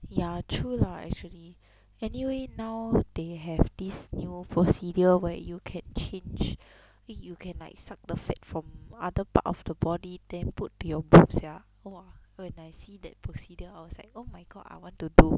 ya true lah actually anyway now they have this new procedure where you can change you can like suck the fat from other part of the body then put to your boobs sia !wah! when I see that procedure I was like oh my god I want to do